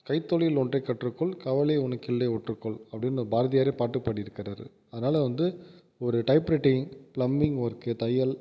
கைத்தொழில் ஒன்றை கற்றுக்கொள் கவலை உனக்கில்லை ஒற்றுக்கொள் அப்படின்னு பாரதியாரே பாட்டு பாடியிருக்கறாரு அதனால வந்து ஒரு டைப் ரைட்டிங் பிளம்மிங் ஒர்க்கு தையல்